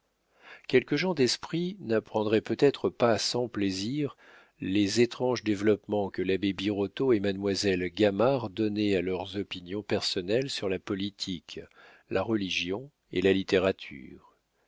quelques gens d'esprit n'apprendraient peut-être pas sans plaisir les étranges développements que l'abbé birotteau et mademoiselle gamard donnaient à leurs opinions personnelles sur la politique la religion et la littérature